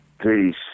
Peace